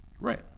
Right